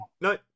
no